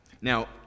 Now